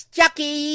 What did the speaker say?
Chucky